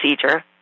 procedure